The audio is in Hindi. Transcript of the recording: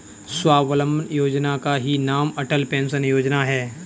स्वावलंबन योजना का ही नाम अटल पेंशन योजना है